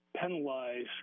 penalize